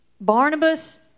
Barnabas